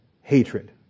hatred